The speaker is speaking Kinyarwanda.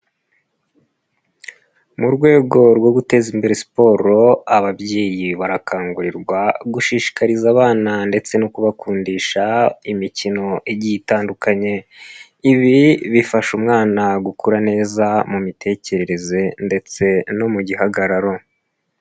Mu rwego rwo guteza imbere siporo, ababyeyi barakangurirwa gushishikariza abana ndetse no kubakundisha imikino igiye itandukanye. Ibi bifasha umwana gukura neza mu mitekerereze ndetse no mu gihagararo.